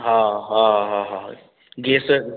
हा हा हा हा गैस